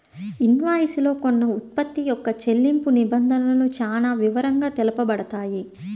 invoice లో కొన్న ఉత్పత్తి యొక్క చెల్లింపు నిబంధనలు చానా వివరంగా తెలుపబడతాయి